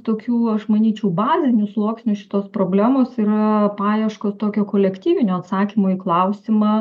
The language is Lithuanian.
tokių aš manyčiau bazinių sluoksnių šitos problemos yra paieškos tokio kolektyvinio atsakymo į klausimą